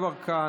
דסטה גדי יברקן,